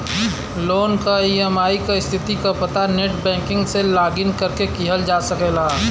loan क EMI क स्थिति क पता नेटबैंकिंग से लॉगिन करके किहल जा सकला